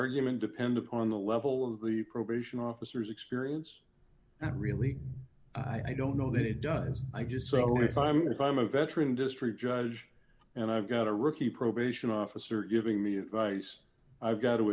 argument depend upon the level of the probation officers experience that really i don't know that it does i get so if i'm if i'm a veteran district judge and i've got a rookie probation officer giving me advice i've got to